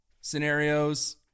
scenarios